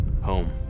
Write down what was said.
Home